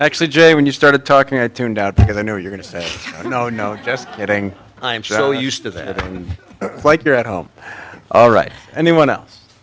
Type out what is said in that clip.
actually jay when you started talking i turned out because i know you're going to say no no just kidding i'm so used to things like you're at home all right anyone else